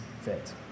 fit